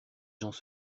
gens